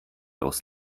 aus